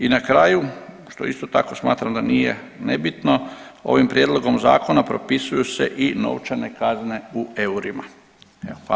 I na kraju što isto tako smatram da nije nebitno ovim prijedlogom zakona propisuju se i novčane kazne u eurima.